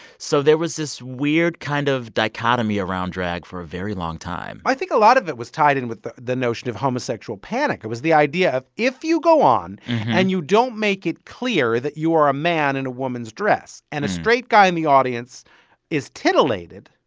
so there was this weird kind of dichotomy around drag for a very long time i think a lot of it was tied in with the the notion of homosexual panic. it was the idea of, if you go on and you don't make it clear that you are a man in a woman's dress, and a straight guy in the audience is titillated,